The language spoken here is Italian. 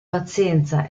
pazienza